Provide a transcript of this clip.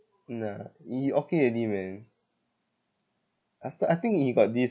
mm ah he okay already man after I think he got this